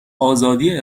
ازادی